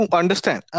understand